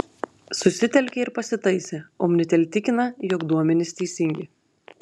susitelkė ir pasitaisė omnitel tikina jog duomenys teisingi